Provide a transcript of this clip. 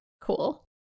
Cool